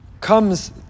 comes